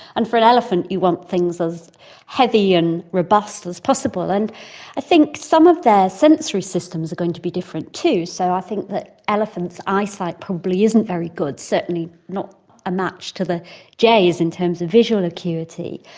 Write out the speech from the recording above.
and for an elephant you want things as heavy and robust as possible. and i think some of their sensory systems are going to be different too. so i think that but elephants' eyesight probably isn't very good, certainly not a match to the jays in terms of visual acuity.